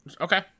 Okay